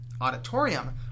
auditorium